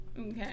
Okay